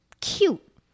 cute